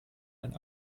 ein